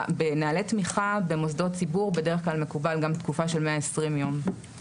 בנוהלי תמיכה במוסדות ציבור בדרך כלל מקובל גם לתקופה של 120 יום.